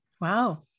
Wow